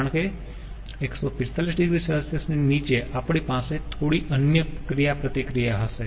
કારણ કે 145 oC ની નીચે આપણી પાસે થોડી અન્ય ક્રિયાપ્રતિક્રિયા હશે